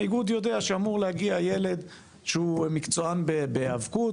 האיגוד יודע שאמור להגיע ילד שהוא מקצוען בהיאבקות,